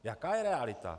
Jaká je realita?